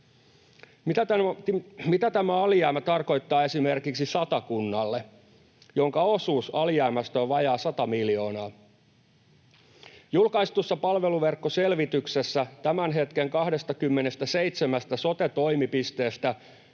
Mitä tämä alijäämä tarkoittaa esimerkiksi Satakunnalle, jonka osuus alijäämästä on vajaa sata miljoonaa? Julkaistussa palveluverkkoselvityksessä tämän hetken 27 sote-toimipisteestä